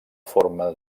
forma